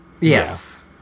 Yes